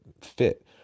fit